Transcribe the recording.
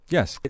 Yes